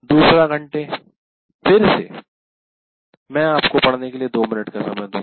दूसरे घंटे फिर से मैं आपको पढ़ने के लिए 2 मिनट का समय दूंगा